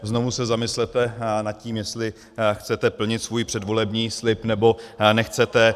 Znovu se zamyslete nad tím, jestli chcete plnit svůj předvolební slib, nebo nechcete.